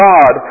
God